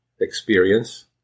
experience